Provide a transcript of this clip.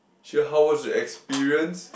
she how was your experience